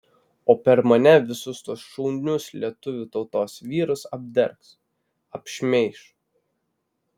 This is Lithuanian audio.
o per mane visus tuos šaunius lietuvių tautos vyrus apdergs apšmeiš